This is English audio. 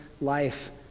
life